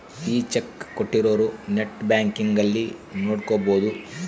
ಈ ಚೆಕ್ ಕೋಟ್ಟಿರೊರು net banking ಅಲ್ಲಿ ನೋಡ್ಕೊಬೊದು